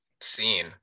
seen